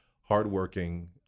hardworking